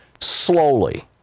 slowly